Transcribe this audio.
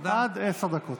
עד עשר דקות.